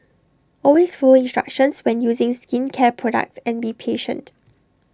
always follow instructions when using skincare products and be patient